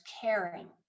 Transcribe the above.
caring